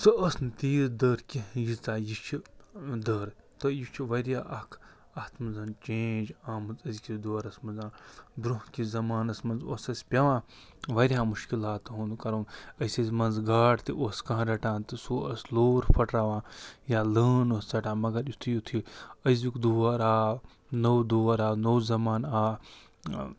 سُہ ٲس نہٕ تیٖژ دٔر کینٛہہ ییٖژاہ یہِ چھِ دٔر تہٕ یہِ چھُ واریاہ اکھ اتھ منٛز چینج آمٕژ أزکِس دورَس مَنٛز برٛونٛہہ کِس زَمانَس مَنٛز اوس اَسہِ پٮ۪وان واریاہ مُشکِلاتَن ہُنٛد کَرُن أسۍ ٲسۍ مَنٛزٕ گاڈ تہِ اوس کانٛہہ رَٹان تہٕ سُہ اوس لوٗر پھٕٹراوان یا لٲن اوس ژَٹان مگر یُتھُے یُتھُے أزیُک دور آو نوٚو دور آو نوٚو زمان آو